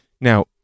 Now